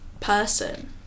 person